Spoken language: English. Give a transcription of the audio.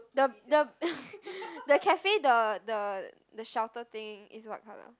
the the the cafe the the the shelter thing is what colour